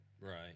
Right